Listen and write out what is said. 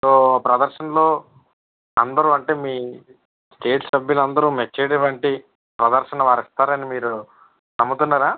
so ప్రదర్శనలో అందరూ అంటే మీ స్టేట్ సభ్యులు అందరూ మెచ్చేటువంటి ప్రదర్శన వారు ఇస్తారని మీరు నమ్ముతున్నారా